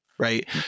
Right